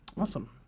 Awesome